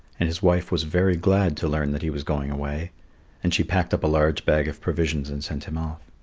and his wife was very glad to learn that he was going away and she packed up a large bag of provisions and sent him off.